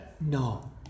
no